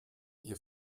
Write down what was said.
ihr